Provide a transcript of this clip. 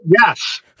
Yes